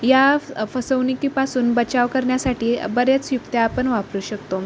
या फसवणुकीपासून बचाव करण्यासाठी बऱ्याच युक्त्या आपण वापरू शकतो